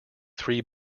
three